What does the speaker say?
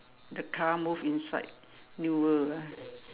the car move inside new world ah